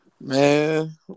Man